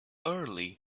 early